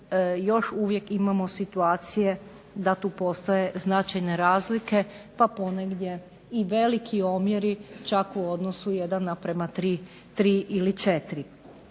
još uvijek imamo situacije da tu postoje značajne razlike pa ponegdje i veliki omjeri, čak u odnosu 1:3 ili 4,